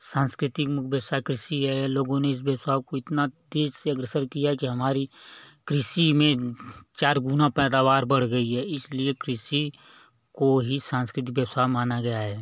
सांस्कृतिक मुख्य व्यवसाय कृषि है लोगों ने इस व्यवसाय को इतना तेज़ से अग्रसर किया है कि हमारी कृषि में चार गुना पैदावार बढ़ गई है इसलिए कृषि कोई ही सांस्कृतिक व्यवसाय माना गया है